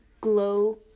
glow